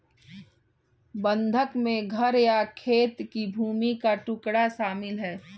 बंधक में घर या खेत की भूमि का टुकड़ा शामिल है